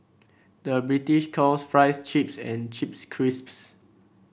the British calls fries chips and chips crisps